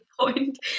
point